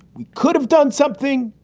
we could have done something.